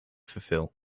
fulfill